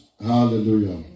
Hallelujah